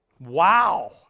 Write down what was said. Wow